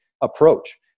approach